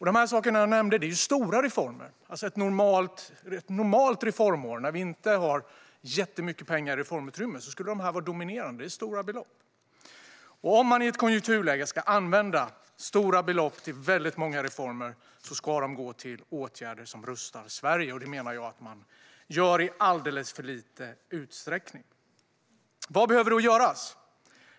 De saker jag har nämnt är stora reformer. Ett normalt reformår, när vi inte har jättemycket pengar eller reformutrymme, skulle de vara dominerande. Det är stora belopp. Om man i ett sådant här konjunkturläge ska använda stora belopp till väldigt många reformer ska de gå till åtgärder som rustar Sverige. Jag menar att det gör det i alldeles för liten utsträckning. Vad behöver göras då?